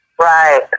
Right